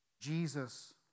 Jesus